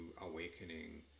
awakening